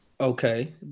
Okay